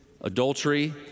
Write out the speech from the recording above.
adultery